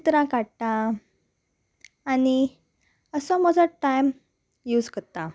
चित्रां काडटा आनी असो म्हजो टायम यूज करता